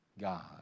God